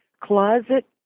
closet